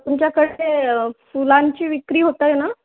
तुमच्याकडे फुलांची विक्री होत आहे ना